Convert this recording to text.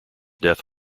death